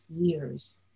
years